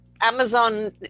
amazon